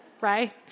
right